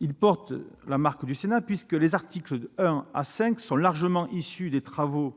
Il porte la marque du Sénat, puisque ses articles 1 à 5 sont largement issus des travaux